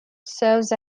serves